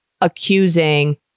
accusing